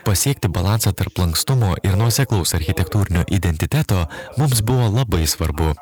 pasiekti balansą tarp lankstumo ir nuoseklaus architektūrinio identiteto mums buvo labai svarbu